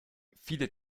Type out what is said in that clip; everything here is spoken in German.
viele